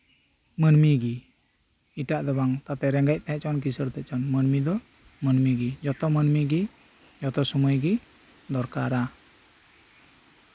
ᱢᱟᱹᱱᱢᱤᱜᱮ ᱮᱴᱟᱜ ᱫᱚ ᱵᱟᱝ ᱛᱚᱵᱮ ᱨᱮᱸᱜᱮᱪ ᱛᱟᱸᱦᱮ ᱦᱚᱪᱚᱣᱟᱱ ᱠᱤᱥᱟᱹᱲᱮ ᱛᱟᱸᱦᱮ ᱦᱚᱪᱚᱣᱟᱱ ᱛᱚᱵᱮ ᱢᱟᱹᱱᱢᱤ ᱫᱚ ᱢᱟᱹᱱᱢᱤᱜᱮ ᱡᱚᱛᱚ ᱢᱟᱹᱱᱢᱤ ᱜᱮ ᱡᱚᱛᱚ ᱥᱚᱢᱚᱭ ᱜᱮ ᱫᱚᱨᱠᱟᱨᱟ